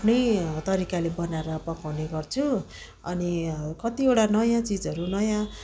आफ्नै तरिकाले बनाएर पकाउने गर्छु अनि कतिवटा नयाँ चिजहरू नयाँ